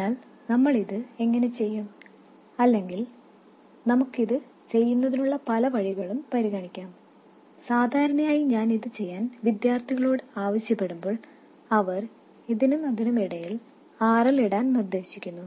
അതിനാൽ നമ്മൾ ഇത് എങ്ങനെ ചെയ്യും അല്ലെങ്കിൽ നമുക്ക് ഇത് ചെയ്യുന്നതിനുള്ള പല വഴികളും പരിഗണിക്കാം സാധാരണയായി ഞാൻ ഇത് ചെയ്യാൻ വിദ്യാർത്ഥികളോട് ആവശ്യപ്പെടുമ്പോൾ അവർ ഇതിനും അതിനും ഇടയിൽ RL ഇടാൻ നിർദ്ദേശിക്കുന്നു